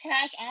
cash